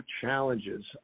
challenges